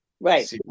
Right